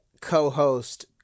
co-host